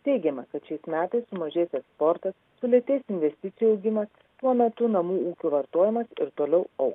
teigiama kad šiais metais mažės eksportas sulėtės investicijų augimas tuo metu namų ūkių vartojimas ir toliau augs